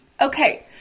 Okay